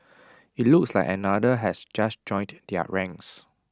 IT looks like another has just joined their ranks